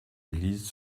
églises